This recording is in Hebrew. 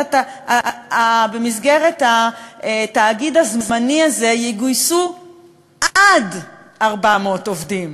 במסגרת התאגיד הזמני הזה יגויסו עד 400 עובדים.